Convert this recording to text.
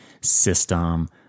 system